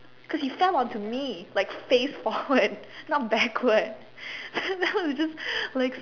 cause he fell onto me like face forward not backward and then I was just like